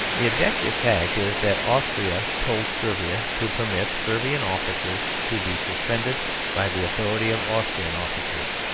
the objective fact is that austria told servia to permit servian officers to be suspended by the authority of austrian officers,